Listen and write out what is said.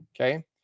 okay